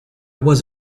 was